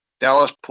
Dallas